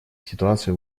ситуации